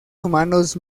humanos